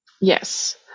Yes